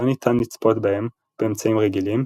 לא ניתן לצפות בהם באמצעים רגילים,